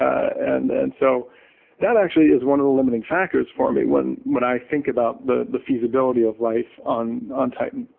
and and so that actually is one of the limiting factors for me when when i think about the the feasibility life on on titan.